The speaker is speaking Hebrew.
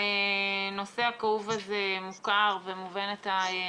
הנושא הכאוב הזה מוכר ומובנת הנקודה.